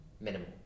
minimal